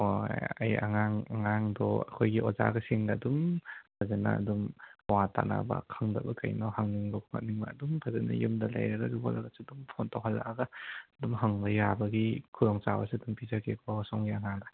ꯍꯣꯏ ꯑꯩ ꯑꯉꯥꯡꯗꯨ ꯑꯣꯈꯣꯏꯒꯤ ꯑꯣꯖꯥꯁꯤꯡꯅ ꯑꯗꯨꯝ ꯐꯖꯅ ꯑꯗꯨꯝ ꯋꯥ ꯇꯥꯟꯅꯕ ꯈꯪꯗꯕ ꯀꯔꯤꯅꯣ ꯍꯪꯅꯤꯡꯕ ꯈꯣꯠꯅꯤꯡꯕ ꯑꯗꯨꯝ ꯐꯖꯅ ꯌꯨꯝꯗ ꯂꯩꯔꯒꯁꯨ ꯈꯣꯠꯂꯒꯁꯨ ꯑꯗꯨꯝ ꯐꯣꯟ ꯇꯧꯍꯜꯂꯛꯂꯒ ꯑꯗꯨꯝ ꯍꯪꯕ ꯌꯥꯕꯒꯤ ꯈꯨꯗꯣꯡ ꯆꯥꯕꯁꯨ ꯄꯤꯖꯒꯦꯀꯣ ꯁꯣꯝꯒꯤ ꯑꯉꯥꯡꯗ